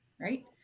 right